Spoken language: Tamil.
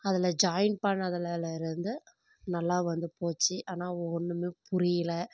அதில் ஜாயின் பண்ணதில்லருந்து நல்லா வந்து போச்சு ஆனால் ஒன்றுமே புரியல